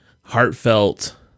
heartfelt